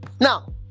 now